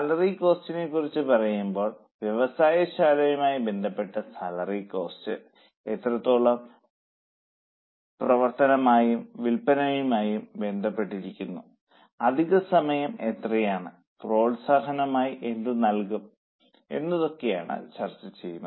salary കോസ്റ്റിനെ കുറിച്ച് പറയുമ്പോൾ വ്യവസായശാലയുമായി ബന്ധപ്പെട്ട സാലറി കോസ്റ്റ് എത്രത്തോളം മുഖ്യ പ്രവർത്തകനുമായും വിൽപ്പനയുമായും ബന്ധപ്പെട്ടിരിക്കുന്നു അധിക സമയം എത്രയാണ് പ്രോത്സാഹനമായി എന്തു നൽകും എന്നതൊക്കെയാണ് ചർച്ചചെയ്യുന്നത്